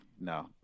No